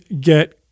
get